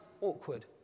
awkward